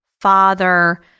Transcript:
Father